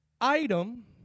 item